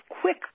quick